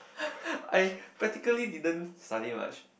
I practically didn't study much